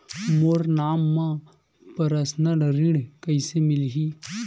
मोर नाम म परसनल ऋण कइसे मिलही?